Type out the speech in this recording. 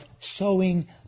sowing